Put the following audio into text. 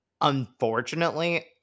unfortunately